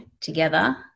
together